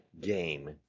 game